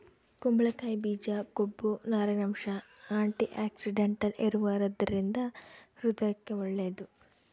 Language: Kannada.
ಕುಂಬಳಕಾಯಿ ಬೀಜ ಕೊಬ್ಬು, ನಾರಿನಂಶ, ಆಂಟಿಆಕ್ಸಿಡೆಂಟಲ್ ಇರುವದರಿಂದ ಹೃದಯಕ್ಕೆ ಒಳ್ಳೇದು